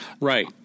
Right